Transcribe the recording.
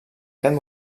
aquest